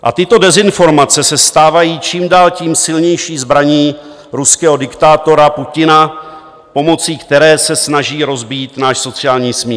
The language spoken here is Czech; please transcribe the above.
A tyto dezinformace se stávají čím dál tím silnější zbraní ruského diktátora Putina, pomocí které se snaží rozbít náš sociální smír.